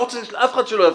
אף אחד שלא יפריע.